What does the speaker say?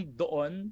doon